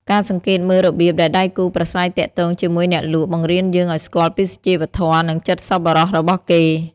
ការសង្កេតមើលរបៀបដែលដៃគូប្រាស្រ័យទាក់ទងជាមួយអ្នកលក់ បង្រៀនយើងឱ្យស្គាល់ពីសុជីវធម៌ និងចិត្តសប្បុរសរបស់គេ។